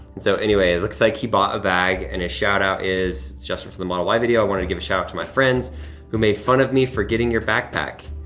and so anyway, it looks like he bought a bag, and his shout-out is, it's justin from the model y video. i wanted to give a shout-out to my friends who made fun of me for getting your backpack,